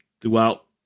throughout